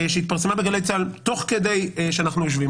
שהתפרסמה בגלי צה"ל תוך כדי שאנחנו יושבים